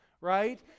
right